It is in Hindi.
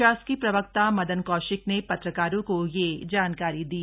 शासकीय प्रवक्ता मदन कौशिक ने पत्रकारों को यह जानकारी दी